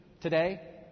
today